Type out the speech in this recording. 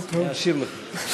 אני אשאיר לך.